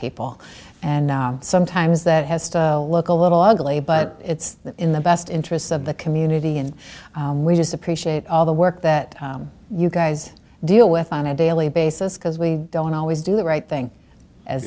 people and sometimes that has to look a little ugly but it's in the best interests of the community and we just appreciate all the work that you guys deal with on a daily basis because we don't always do the right thing as